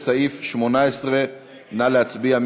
לסעיף 18. נא להצביע.